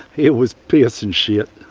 it was piss and shit.